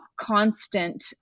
constant